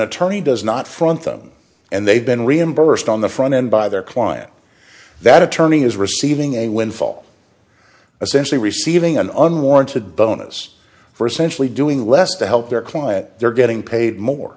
attorney does not front them and they've been reimbursed on the front end by their client that attorney is receiving a windfall essentially receiving an unwarranted bonus for essentially doing less to help their client they're getting paid more